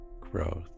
growth